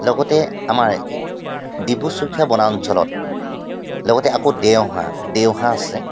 লগতে আমাৰ ডিব্ৰু চৈখোৱা বনাঞ্চলত লগতে আকৌ দেওহাঁহ দেওহাঁহ আছে